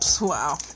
Wow